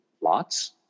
lots